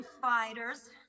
fighters